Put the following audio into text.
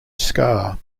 scar